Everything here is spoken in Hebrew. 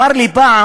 הוא אמר לי פעם: